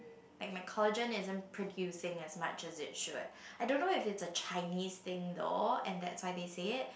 like my collagen isn't producing as much as it should I don't know if it's a Chinese thing though and that's why they say it